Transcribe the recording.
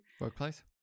workplace